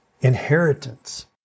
inheritance